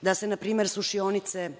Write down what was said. da se npr. sušionice